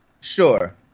Sure